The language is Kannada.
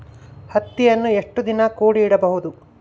ಹತ್ತಿಯನ್ನು ಎಷ್ಟು ದಿನ ಕೂಡಿ ಇಡಬಹುದು?